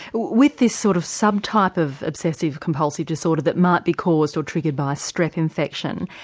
with this sort of sub-type of obsessive compulsive disorder that might be caused or triggered by a strep infection,